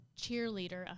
cheerleader